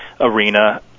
arena